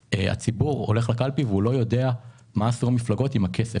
הציבור הולך לקלפי והוא לא יודע מה עשו המפלגות עם הכסף,